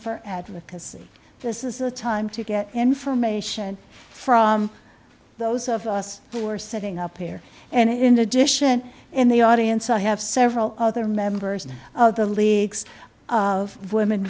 for advocacy this is a time to get information from those of us who are sitting up here and in addition in the audience i have several other members in the leagues of women